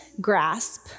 grasp